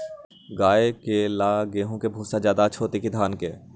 गाय के ले गेंहू के भूसा ज्यादा अच्छा होई की धान के?